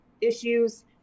issues